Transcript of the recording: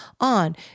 on